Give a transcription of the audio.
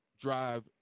drive